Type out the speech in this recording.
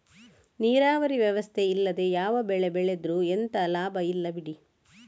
ನೀರಾವರಿ ವ್ಯವಸ್ಥೆ ಇಲ್ಲದೆ ಯಾವ ಬೆಳೆ ಬೆಳೆದ್ರೂ ಎಂತ ಲಾಭ ಇಲ್ಲ ಬಿಡಿ